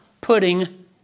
putting